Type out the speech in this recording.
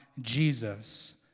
Jesus